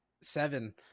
seven